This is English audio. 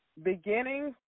Beginning